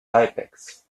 tippex